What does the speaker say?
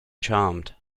charmed